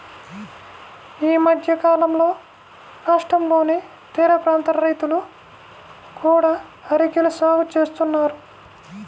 ఈ మధ్యకాలంలో రాష్ట్రంలోని తీరప్రాంత రైతులు కూడా అరెకల సాగు చేస్తున్నారు